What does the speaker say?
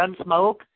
Gunsmoke